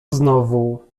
znowu